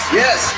yes